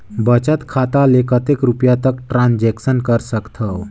बचत खाता ले कतेक रुपिया तक ट्रांजेक्शन कर सकथव?